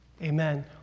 Amen